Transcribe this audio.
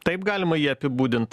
taip galima jį apibūdint